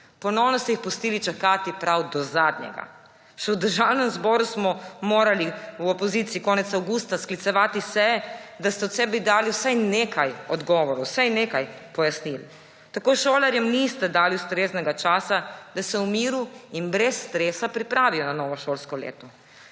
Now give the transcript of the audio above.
Ponovno ste jih pustili čakati prav do zadnjega. Še v Državnem zboru smo morali v opoziciji konec avgusta sklicevati seje, da ste od sebe dali vsaj nekaj odgovorov, vsaj nekaj pojasnil. Tako šolarjem niste dali ustreznega časa, da se v miru in brez stresa pripravijo na novo šolsko leto.